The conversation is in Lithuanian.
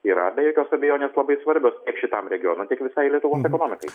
yra be jokios abejonės labai svarbios tiek šitam regionui tiek visai lietuvos ekonomikai